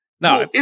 no